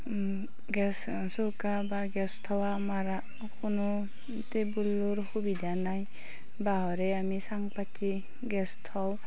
gas চৌকা বা গেছ থোৱা মাৰা কোনো টেবুলৰ সুবিধা নাই বাঁহৰে আমি চাং পাতি গেছ থওঁ